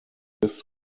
this